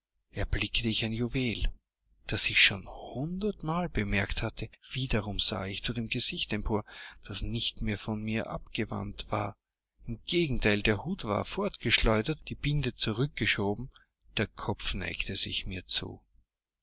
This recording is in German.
betrachtete erblickte ich ein juwel das ich schon hundertmal bemerkt hatte wiederum sah ich zu dem gesicht empor das nicht mehr von mir abgewandt war im gegenteil der hut war fortgeschleudert die binde zurückgeschoben der kopf neigte sich mir zu